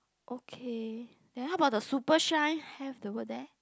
okay then how about the super shine have the word there